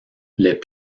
les